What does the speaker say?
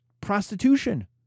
prostitution